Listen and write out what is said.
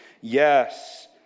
Yes